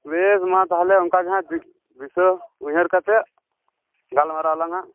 ᱵᱮᱥ ᱢᱟ ᱛᱟᱦᱚᱞᱮ ᱚᱱᱠᱟ ᱜᱮᱦᱟᱜ ᱫᱤᱥ ᱫᱤᱥᱟᱹ ᱩᱭᱦᱟᱹᱨ ᱠᱟᱛᱮᱫ ᱜᱟᱞᱢᱟᱨᱟᱣ ᱟᱞᱟᱝ ᱦᱟᱜ